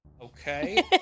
Okay